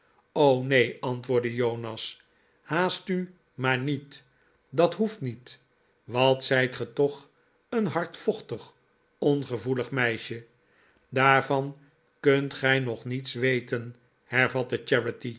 neen antwoordde jonas haast u maar niet dat hoeft niet wat zijt ge toch een hardvochtig ongevoelig meisje daarvan kunt gij nog niets weten